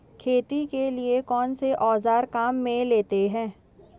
खेती के लिए कौनसे औज़ार काम में लेते हैं?